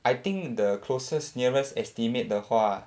I think the closest nearest estimate 的话